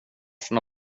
sina